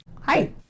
Hi